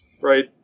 Right